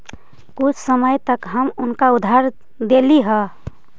कुछ समय तक हम उनका उधार देली हल